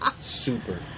super